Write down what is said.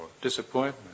disappointment